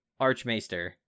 Archmaester